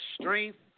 strength